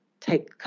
take